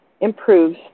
improves